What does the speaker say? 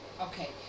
okay